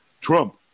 Trump